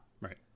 Right